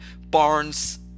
Barnes